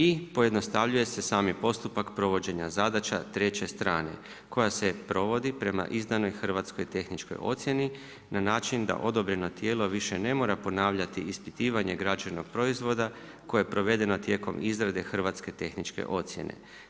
I pojednostavljuje se sami postupak provođenja zadaća treće strane koja se provodi prema izdanoj hrvatskoj tehničkoj ocjeni na način da odobreno tijelo više ne mora ponavljati ispitivanje građevnog proizvoda koje je provedeno tijekom izrade hrvatske tehničke ocjene.